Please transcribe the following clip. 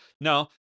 no